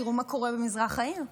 תראו מה קורה במזרח העיר,